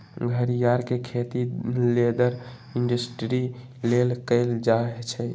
घरियार के खेती लेदर इंडस्ट्री लेल कएल जाइ छइ